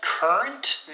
Current